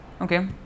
Okay